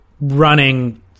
running